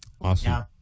Awesome